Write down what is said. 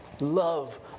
love